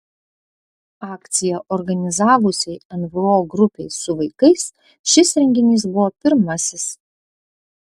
akciją organizavusiai nvo grupei su vaikais šis renginys buvo pirmasis